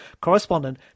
Correspondent